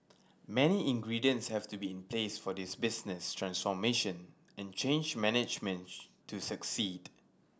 many ingredients have to be in place for this business transformation and change management to succeed